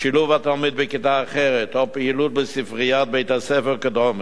שילוב התלמיד בכיתה אחרת או פעילות בספריית בית-הספר וכדומה.